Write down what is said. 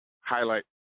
highlight